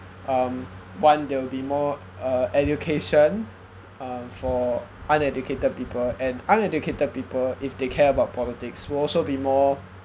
um one there will be more uh education um for uneducated people and uneducated people if they care about politics will also be more